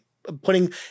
Putting